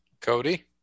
Cody